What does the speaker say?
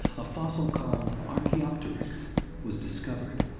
a fossil called archaeopteryx was discovered.